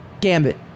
Gambit